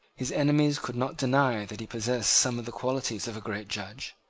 his enemies could not deny that he possessed some of the qualities of a great judge.